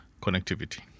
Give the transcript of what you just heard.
connectivity